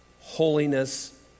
holiness